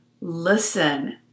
Listen